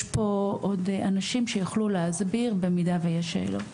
פה עוד אנשים שיוכלו להסביר במידה ויש שאלות.